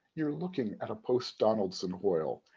you're looking at a post-donaldson hoyle,